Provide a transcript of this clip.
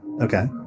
Okay